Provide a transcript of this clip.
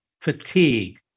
fatigue